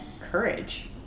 courage